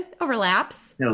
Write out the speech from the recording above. overlaps